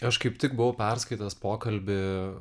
aš kaip tik buvau perskaitęs pokalbį